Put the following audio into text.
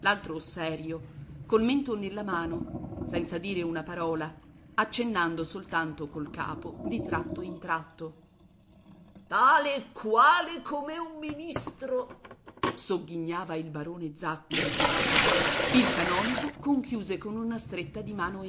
l'altro serio col mento nella mano senza dire una parola accennando soltanto col capo di tratto in tratto tale e quale come un ministro sogghignava il barone zacco il canonico conchiuse con una stretta di mano